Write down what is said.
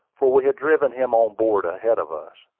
for we had driven him on board ahead of us.